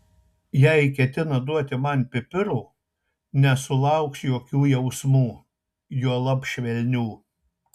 jei ketina duoti man pipirų nesulauks jokių jausmų juolab švelnių